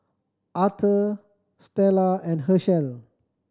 Authur Stella and Hershel